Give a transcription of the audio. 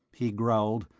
he growled,